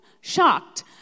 shocked